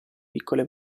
piccole